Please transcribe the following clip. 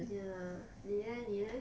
ya 你 leh 你 leh